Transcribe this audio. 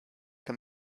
him